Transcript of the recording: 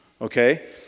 okay